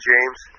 James